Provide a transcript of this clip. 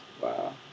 wow